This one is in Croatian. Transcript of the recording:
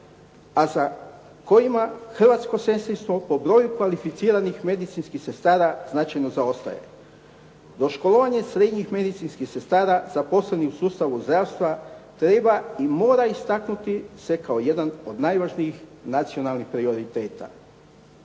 a za kojima hrvatsko sestrinstvo po broju kvalificiranih medicinskih sestara značajno zaostaje. Doškolovanje srednjih medicinskih sestara zaposlenih u sustavu zdravstva treba i mora istaknuti se kao jedan od najvažnijih nacionalnih prioriteta.